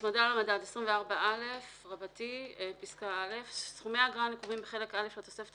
"הצמדה למדד 24א. (א) סכומי האגרה הנקובים בחלק א' לתוספת